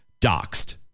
doxed